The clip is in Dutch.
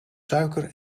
suiker